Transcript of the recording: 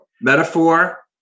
Metaphor